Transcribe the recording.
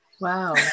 Wow